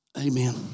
amen